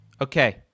Okay